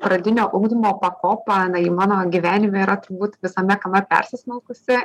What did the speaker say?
pradinio ugdymo pakopa na ji mano gyvenime yra turbūt visame kame persismelkusi